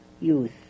youth